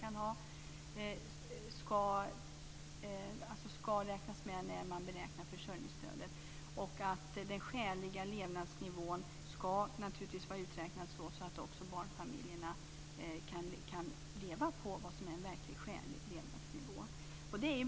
Det finns ju också andra inkomster som människor kan ha. Den skäliga levnadsnivån ska naturligtvis vara uträknad så att också barnfamiljerna kan leva på en skälig levnadsnivå.